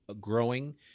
growing